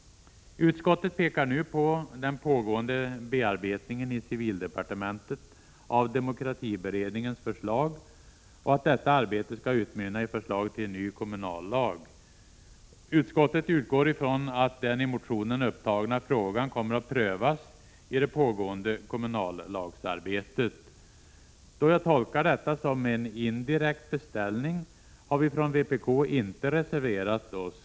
Utskottet pekar nu på den pågående bearbetningen i civildepartementet av demokratiberedningens förslag och att detta arbete skall utmynna i förslag till en ny kommunallag. Utskottet utgår från att den i motionen upptagna frågan kommer att prövas i det pågående kommunallagsarbetet. Då jag tolkar detta som en indirekt beställning har vi från vpk inte reserverat oss.